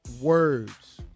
words